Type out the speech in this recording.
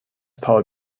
paul